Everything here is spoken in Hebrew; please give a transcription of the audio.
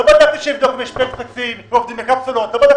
לא אמרתי שיבדוק וימלא טפסים אם הם עובדים בקפסולות או לא,